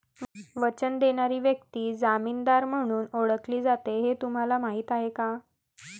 वचन देणारी व्यक्ती जामीनदार म्हणून ओळखली जाते हे तुम्हाला माहीत आहे का?